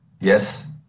Yes